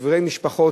קברי משפחות,